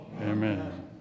Amen